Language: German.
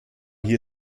hier